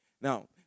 Now